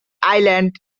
island